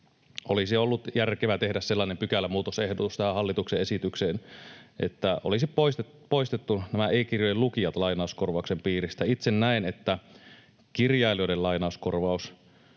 olisi ollut järkevää tehdä sellainen pykälämuutos tähän hallituksen esitykseen, että olisi poistettu nämä e-kirjojen lukijat lainauskorvauksen piiristä. Itse näen, että kirjailijoiden lainauskorvaus